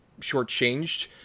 shortchanged